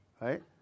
right